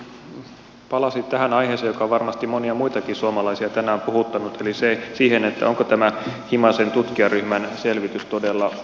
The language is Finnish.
edustaja vähämäki palasi tähän aiheeseen joka varmasti monia muitakin suomalaisia tänään on puhuttanut eli siihen onko tämä himasen tutkijaryhmän selvitys todella tutkimus